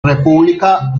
república